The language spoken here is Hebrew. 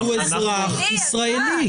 הוא אזרח ישראלי.